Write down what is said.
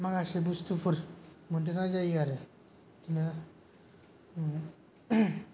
माखासे बस्तुफोर मोनदेरनाय जायो आरो बिदिनो